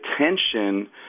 attention